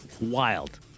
Wild